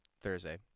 Thursday